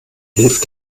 hilf